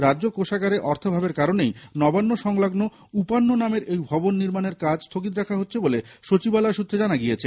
রাজ্য কোষাগারে অর্থাভাবের কারণেই নবান্ন সংলগ্ন উপান্ন নামের ওই ভবন নির্মানের কাজ স্থগিত রাখা হচ্ছে বলে সচিবালয় সূত্রে জানা গিয়েছে